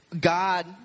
God